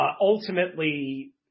ultimately